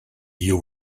you